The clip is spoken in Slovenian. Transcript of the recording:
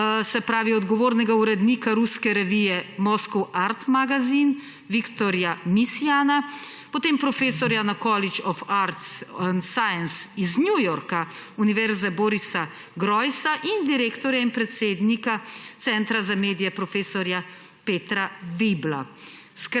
odgovornega urednika ruske revije Moscow Art Magazina Viktorja Misiana, potem profesorja na College of Arts and Science iz New Yorka univerze Borisa Groysa in direktorja in predsednika Centra za medije profesorja Petra Weibla.